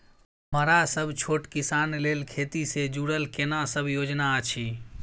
मरा सब छोट किसान लेल खेती से जुरल केना सब योजना अछि?